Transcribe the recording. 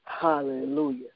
Hallelujah